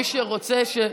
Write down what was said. מי שרוצה,